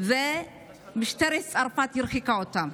ומשטרת צרפת הרחיקה אותם.